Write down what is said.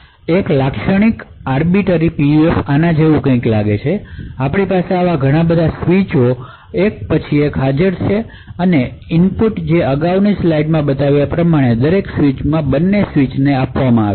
એક લાક્ષણિક arbiter PUF આના જેવું લાગે છે આપણી પાસે આવી ઘણી સ્વીચ એક પછી એક હાજર છે અને એક ઇનપુટ જે અગાઉના સ્લાઇડમાં બતાવ્યા પ્રમાણે દરેક સ્વીચ માં બંને સ્વીચ ને આપવામાં આવે છે